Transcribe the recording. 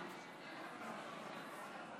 ההצעה לא עברה.